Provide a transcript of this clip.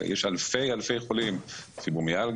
יש אלפי אלפי חולים בפיברומיאלגיה,